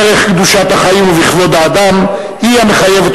בערך קדושת החיים ובכבוד האדם היא המחייבת